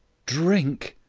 drink!